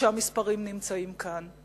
כשהמספרים נמצאים כאן.